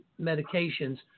medications